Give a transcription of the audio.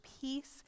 peace